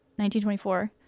1924